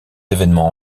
événements